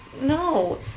No